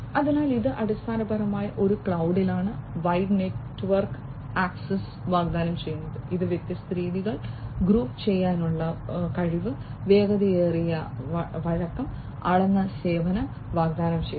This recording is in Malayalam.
അതിനാൽ ഇത് അടിസ്ഥാനപരമായി ഒരു ക്ലൌഡിലാണ് വൈഡ് നെറ്റ്വർക്ക് ആക്സസ് വാഗ്ദാനം ചെയ്യുന്നത് ഇത് വ്യത്യസ്ത രീതികൾ ഗ്രൂപ്പുചെയ്യാനുള്ള കഴിവ് വേഗതയേറിയ വഴക്കം അളന്ന സേവനം വാഗ്ദാനം ചെയ്യുന്നു